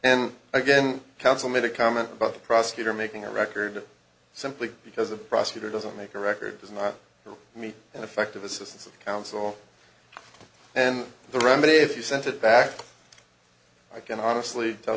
and again counsel made a comment about the prosecutor making a record simply because a prosecutor doesn't make a record does not meet an effective assistance of counsel and the remedy if you sent it back i can honestly tell